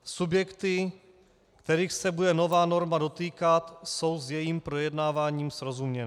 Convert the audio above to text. Subjekty, kterých se bude nová norma dotýkat, jsou s jejím projednáváním srozuměny.